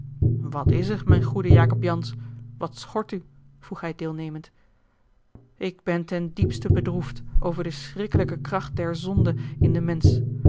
wat is er mijn goede jacob jansz wat schort u vroeg hij deelnemend ik ben ten diepste bedroefd over de schrikkelijke kracht der zonde in den mensch